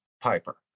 Piper